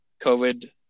covid